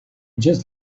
just